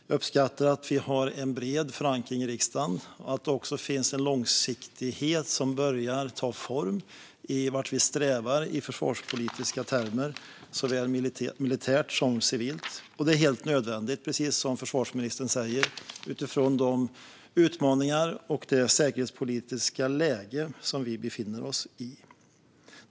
Jag uppskattar att vi har en bred förankring i riksdagen och att det finns en långsiktighet som börjar ta form i fråga om vart vi strävar i försvarspolitiska termer, såväl militärt som civilt. Det är helt nödvändigt, precis som försvarsministern säger, utifrån de utmaningar vi har och det säkerhetspolitiska läge som vi befinner oss i.